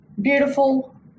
beautiful